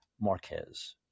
Marquez